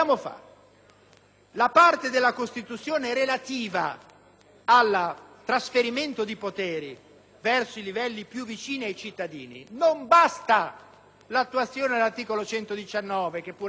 la parte della Costituzione relativa al trasferimento dei poteri verso i livelli più vicini ai cittadini, non basta l'attuazione dell'articolo 119, che pure è importante.